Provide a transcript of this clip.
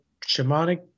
shamanic